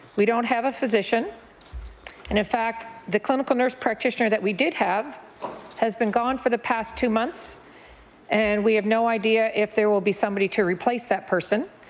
we don't have a physician and in fact the clinical nurse practitioner that we did have has been gone for the past two months and we have no idea if there will be somebody to replace that person,